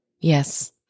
Yes